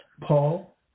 Paul